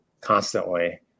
constantly